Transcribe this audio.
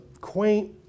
quaint